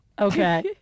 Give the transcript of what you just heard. Okay